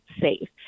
safe